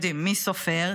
אתם יודעים, מי סופר?